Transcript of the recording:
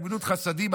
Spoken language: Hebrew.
גמילות החסדים,